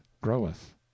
groweth